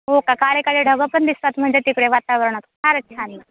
हो का काळे काळे ढग पण दिसतात म्हणते तिकडे वातावरणात फारच छान ना